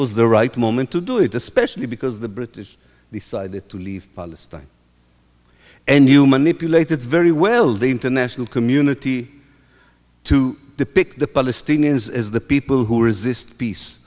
was the right moment to do it especially because the british decided to leave palestine and you manipulated very well the international community to depict the palestinians as the people who resist peace